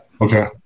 Okay